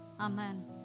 Amen